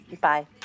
Bye